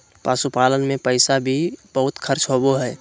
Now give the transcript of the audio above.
पशुपालन मे पैसा भी बहुत खर्च होवो हय